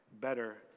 better